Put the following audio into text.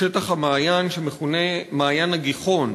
בשטח המעיין המכונה מעיין הגיחון.